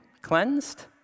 cleansed